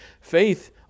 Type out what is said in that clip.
faith